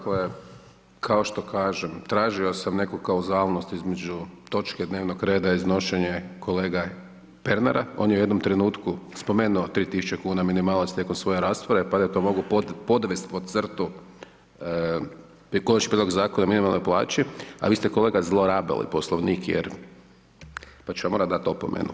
Kao što kažem, tražio sam nekakvu kauzalnost između točke dnevnog reda i iznošenje kolege Pernara, on je u jednom trenutku spomenuo 3000 kn minimalac tijekom svoje rasprave, pa da ja to mogu podvest pod crtu, taj konačni prijedlog zakona o minimalnoj plaći, a vi ste kolega zlorabili poslovnik, jer pa ću vam morati dati opomenu.